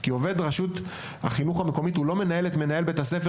עובד רשות החינוך המקומית לא מנהל את מנהל בית הספר